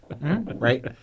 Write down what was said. right